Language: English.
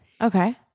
Okay